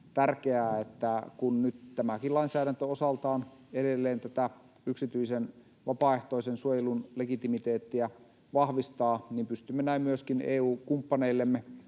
tärkeää, että kun nyt tämäkin lainsäädäntö osaltaan edelleen tätä yksityisen vapaaehtoisen suojelun legitimiteettiä vahvistaa, pystymme näin myöskin EU-kumppaneillemme